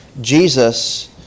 Jesus